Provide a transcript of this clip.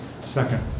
Second